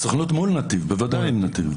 הסוכנות מול נתיב, בוודאי עם נתיב.